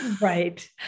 Right